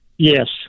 Yes